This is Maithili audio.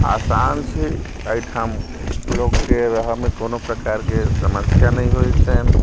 आसान छै एहिठाम लोककेँ रहयमे कोनो प्रकारके समस्या नहि होइत छन्हि